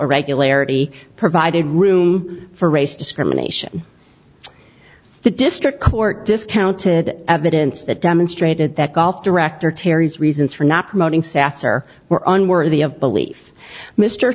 irregularity provided room for race discrimination the district court discounted evidence that demonstrated that golf director terry's reasons for not promoting sasser were unworthy of belief mr